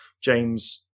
james